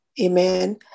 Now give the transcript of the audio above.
Amen